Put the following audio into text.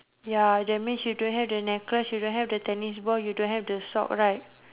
ya that means you don't have the necklace you don't have the tennis ball you don't have the sock right